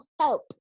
help